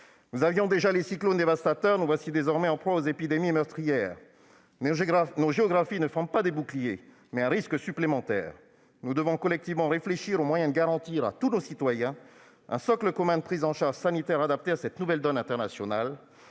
Nous connaissions déjà les cyclones dévastateurs, nous voici désormais en proie aux épidémies meurtrières. Nos géographies ne sont pas des boucliers, elles sont au contraire un risque supplémentaire. Nous devons collectivement réfléchir aux moyens de garantir à tous nos citoyens un socle commun de prise en charge sanitaire adapté à cette nouvelle donne internationale.